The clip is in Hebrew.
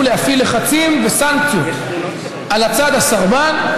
להפעיל לחצים וסנקציות על הצד הסרבן,